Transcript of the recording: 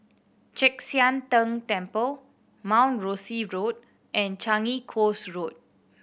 Chek Sian Tng Temple Mount Rosie Road and Changi Coast Road